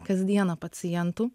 kasdieną pacientų